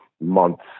months